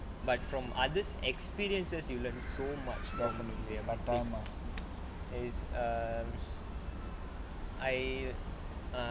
but from others experiences you learn so much from things it's err I err